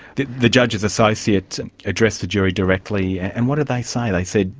the the judge's associate addressed the jury directly and what did they say? they said,